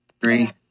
three